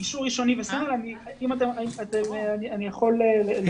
אישור ראשוני וסמל, אני יכול להתייחס.